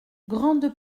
grande